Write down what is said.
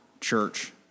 church